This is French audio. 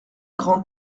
grand